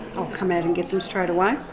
i'll come out and get them straight away.